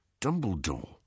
Dumbledore